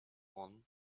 one